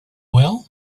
well